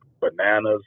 Bananas